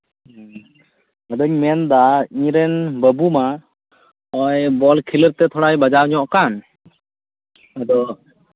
ᱟᱫᱚᱧ ᱢᱮᱱᱫᱟ ᱤᱧ ᱨᱮᱱ ᱵᱟᱹᱵᱩ ᱢᱟ ᱱᱚᱜᱼᱚᱭ ᱵᱚᱞ ᱠᱷᱤᱞᱳᱜ ᱛᱮ ᱛᱷᱚᱲᱟᱭ ᱵᱟᱡᱟᱣ ᱧᱚᱜ ᱟᱠᱟᱱ ᱟᱫᱚ